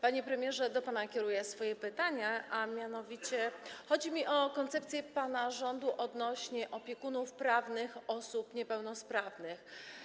Panie premierze, do pana kieruję swoje pytania, a mianowicie chodzi mi o koncepcję pana rządu odnośnie do opiekunów prawnych osób niepełnosprawnych.